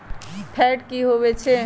Fat की होवछै?